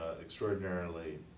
extraordinarily